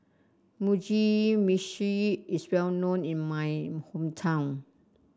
Mugi Meshi is well known in my hometown